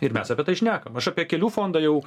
ir mes apie tai šnekam aš apie kelių fondą jau